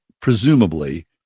presumably